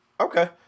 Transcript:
Okay